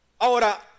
Ahora